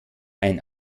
ein